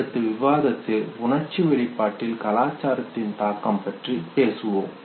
அடுத்து விவாதத்தில் உணர்ச்சி வெளிப்பாட்டில் கலாச்சாரத்தின் தாக்கத்தைப் பற்றி பேசுவோம்